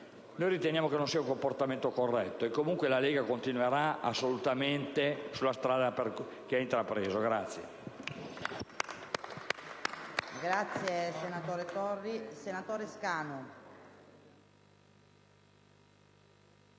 noi riteniamo che non sia un comportamento corretto, e pertanto la Lega continuerà assolutamente sulla strada intrapresa.